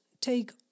take